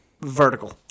vertical